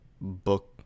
book